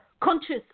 conscious